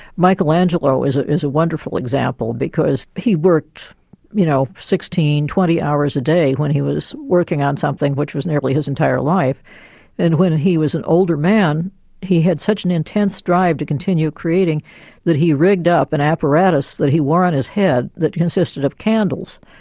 michelangelo is ah is a wonderful example because he worked you know sixteen to twenty hours a day when he was working on something which was nearly his entire life and when and he was an older man he had such an intense drive to continue creating that he rigged up an apparatus that he wore on his head that consisted of candles,